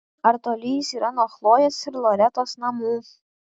ar toli jis yra nuo chlojės ir loretos namų